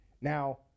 Now